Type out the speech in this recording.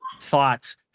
thoughts